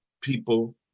people